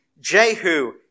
Jehu